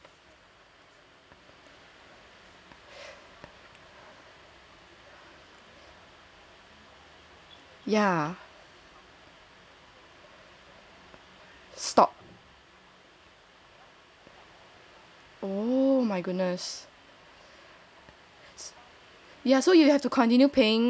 yeah stopped oh my goodness